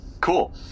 cool